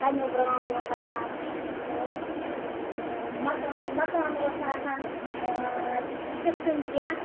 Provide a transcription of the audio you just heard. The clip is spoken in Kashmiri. کَنیوٗ برٛانٛد اوس آسان تہٕ مَکان مَکان اوس نہٕ آسان تِتھ کٔنۍ کینٛہہ